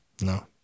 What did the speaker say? No